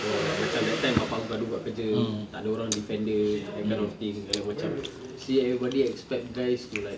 oh like macam that time bapa aku gaduh kat kerja tak ada orang defend dia that kind of thing then macam see everybody expects guys to like